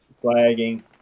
flagging